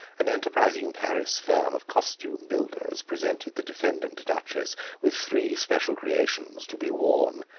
an enterprising paris firm of costume builders presented the defendant duchess with three special creations, to be worn,